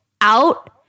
out